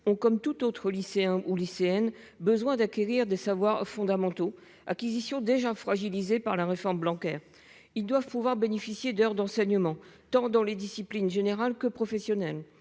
comme tout autre lycéen ou lycéenne, d'acquérir des savoirs fondamentaux. Or ces acquisitions ont déjà été fragilisées par la réforme Blanquer. Les élèves doivent pouvoir bénéficier d'heures d'enseignement, dans les disciplines tant générales que professionnelles,